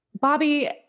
Bobby